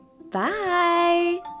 Bye